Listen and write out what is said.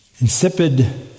insipid